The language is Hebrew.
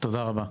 תודה רבה.